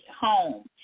home